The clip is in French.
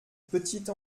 petite